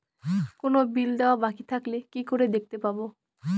কোনো বিল দেওয়া বাকী থাকলে কি করে দেখতে পাবো?